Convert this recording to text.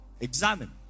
Examine